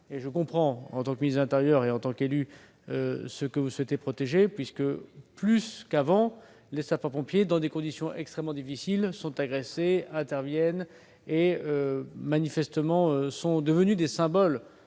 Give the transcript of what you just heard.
et je comprends, en tant que ministre de l'intérieur et en tant qu'élu, ce que vous souhaitez protéger, puisque, plus qu'avant, les sapeurs-pompiers interviennent dans des conditions extrêmement difficiles et sont agressés. Ils sont manifestement devenus des symboles